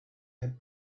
had